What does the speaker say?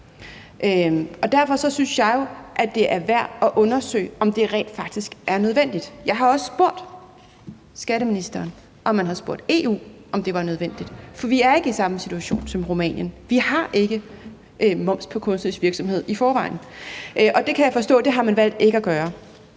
Derfor synes jeg jo, at det er værd at undersøge, om det rent faktisk er nødvendigt. Jeg har også spurgt skatteministeren, om man har spurgt EU, om det er nødvendigt, for vi er ikke i samme situation som Rumænien. Vi har ikke moms på kunstnerisk virksomhed i forvejen. Det kan jeg forstå man har valgt ikke at gøre.